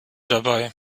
dabei